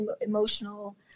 emotional